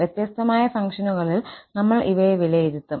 വ്യത്യസ്തമായ ഫംഗ്ഷനുകളിൽ നമ്മൾ ഇവയെ വിലയിരുത്തും